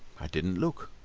i didn't look.